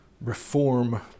reform